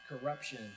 corruption